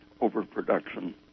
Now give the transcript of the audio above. overproduction